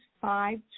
five